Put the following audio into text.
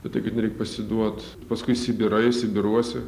apie tai kad nereik pasiduoti paskui sibirai sibiruoe